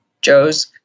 Joe's